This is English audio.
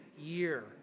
year